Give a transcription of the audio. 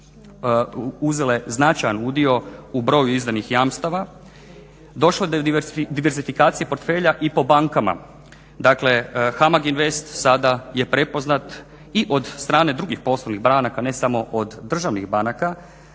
uzele značajan udio u broju izdanih jamstava. Došlo je do diversifikacije portfelja i po bankama, dakle HAMAG Invest sada je prepoznat i od strane drugih poslovnih banaka, ne samo od državnih banaka.